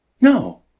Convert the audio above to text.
No